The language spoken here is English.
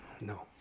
No